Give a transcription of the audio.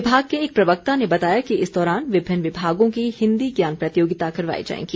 विभाग के एक प्रवक्ता ने बताया कि इस दौरान विभिन्न विभागों की हिंदी ज्ञान प्रतियोगिता करवाई जाएगी